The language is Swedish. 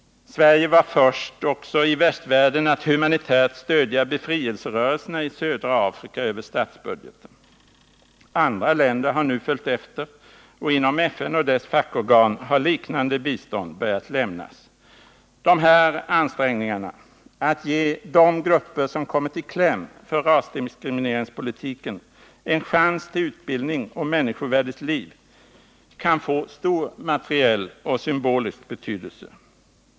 Sverige var också först i västvärlden att humanitärt stödja befrielserörelserna i södra Afrika över statsbudgeten. Andra länder har nu följt efter, och inom FN och dess fackorgan har liknande bistånd börjat lämnas. Dessa ansträngningar att ge de grupper som kommit i kläm genom rasdiskrimineringspolitiken en chans till utbildning och människovärdigt liv kan få stor materiell och symbolisk betydelse.